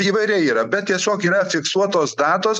įvairiai yra bet tiesiog yra fiksuotos datos